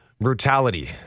Brutality